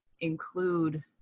include